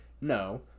No